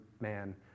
man